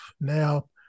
Now